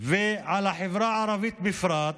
ועל החברה הערבית בפרט,